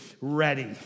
ready